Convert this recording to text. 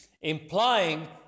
Implying